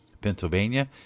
Pennsylvania